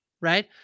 right